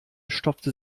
stopfte